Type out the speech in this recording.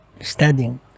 studying